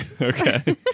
okay